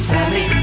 Sammy